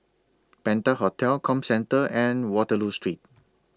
Penta Hotel Comcentre and Waterloo Street